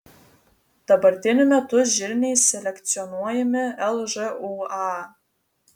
dabartiniu metu žirniai selekcionuojami lžūa